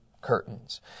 curtains